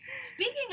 Speaking